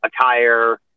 attire